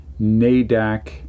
NADAC